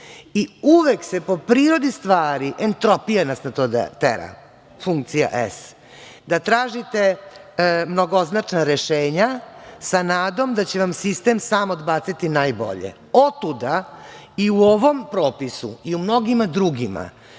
Uvek se po prirodi stvari entropija na to tera, funkcija S, da tražite mnogoznačna rešenja sa nadom da će vam sistem sam odbaciti najbolje. Otuda i u ovom propisu i u mnogim drugima,